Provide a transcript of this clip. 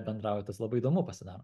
bendrautis labai įdomu pasidaro